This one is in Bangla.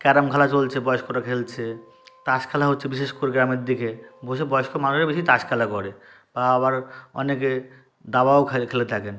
ক্যারাম খেলা চলছে বয়স্করা খেলছে তাস খেলা হচ্ছে বিশেষ করে গ্রামের দিকে বসে বয়স্ক মানুষরা বেশি তাস খেলা করে বা আবার অনেকে দাবাও খেলে খেলে থাকেন